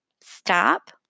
stop